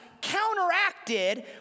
counteracted